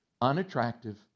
unattractive